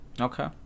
Okay